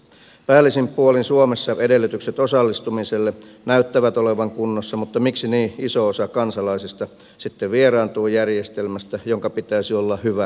päällisin puolin suomessa edellytykset osallistumiselle näyttävät olevan kunnossa mutta miksi niin iso osa kansalaisista sitten vieraantuu järjestelmästä jonka pitäisi olla hyvä ja toimiva